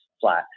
flat